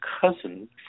cousin